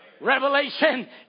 Revelation